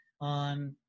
on